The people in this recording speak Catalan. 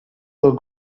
del